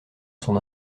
son